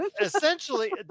Essentially